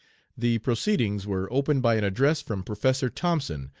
the proceedings were opened by an address from professor thompson,